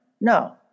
No